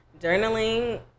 Journaling